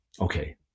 Okay